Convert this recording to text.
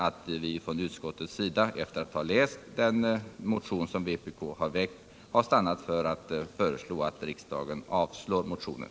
Det är motiveringen till att vi i utskottet, efter att ha läst den motion som vpk väckt, stannat för att föreslå att riksdagen avslår den.